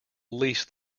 least